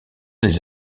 les